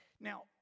Now